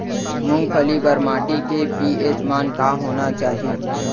मूंगफली बर माटी के पी.एच मान का होना चाही?